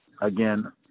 Again